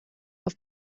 auf